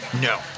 No